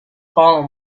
fallen